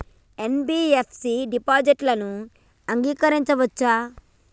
NBFC డిపాజిట్లను అంగీకరించవచ్చా?